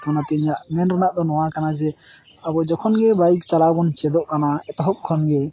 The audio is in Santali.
ᱛᱚ ᱚᱱᱟᱛᱮ ᱤᱧᱟᱹᱜ ᱢᱮᱱ ᱨᱮᱱᱟᱜ ᱫᱚ ᱱᱚᱣᱟ ᱠᱟᱱᱟ ᱡᱮ ᱟᱵᱚ ᱡᱚᱠᱷᱚᱱ ᱜᱮ ᱵᱟᱹᱭᱤᱠ ᱪᱟᱞᱟᱣ ᱵᱚᱱ ᱪᱮᱫᱚᱜ ᱠᱟᱱᱟ ᱮᱛᱚᱦᱚᱵ ᱠᱷᱚᱱ ᱜᱮ